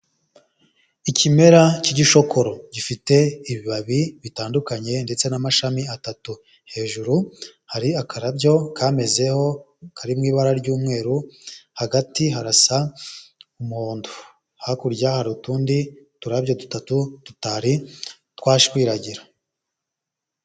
Ikimera cy'igishokoro, gifite ibibabi bitandukanye, ndetse n'amashami atatu, hejuru hari akarabyo kamezeho kari mu ibara ry'umweru, hagati harasa umuhondo, hakurya hari utundi turabyo dutatu, tutari twashwiragira.